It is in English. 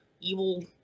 evil